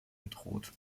bedroht